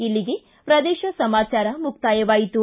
ಇಲ್ಲಿಗೆ ಪ್ರದೇಶ ಸಮಾಚಾರ ಮುಕ್ತಾಯವಾಯಿತು